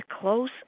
close